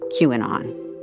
QAnon